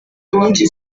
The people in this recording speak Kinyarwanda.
inyinshi